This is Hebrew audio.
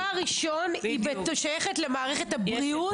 היא נכנסת, דבר ראשון, היא שייכת למערכת הבריאות.